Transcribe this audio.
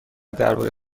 درباره